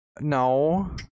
No